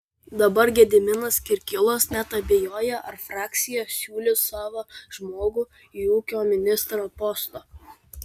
dabar gediminas kirkilas net abejoja ar frakcija siūlys savą žmogų į ūkio ministro postą